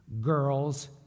girls